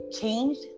Changed